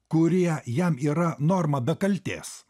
kurie jam yra norma be kaltės